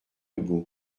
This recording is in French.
hugo